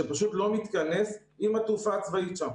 שפשוט לא מתכנס עם התעופה הצבאית שם,